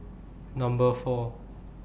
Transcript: Number four